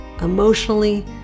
Emotionally